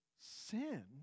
sin